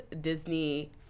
Disney